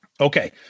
Okay